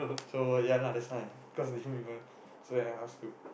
so ya lah that's why cause different people so I ask who